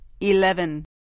Eleven